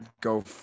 go